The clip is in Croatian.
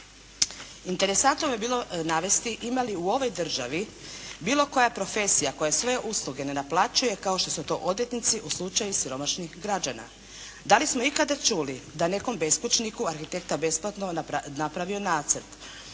Interesantno bi bilo navesti ima li u ovoj državi bilo koja profesija koja svoje usluge ne naplaćuje kao što su to odvjetnici u slučaju siromašnih građana. Da li smo ikada čuli da je nekom beskućniku arhitekta besplatno napravio nacrt?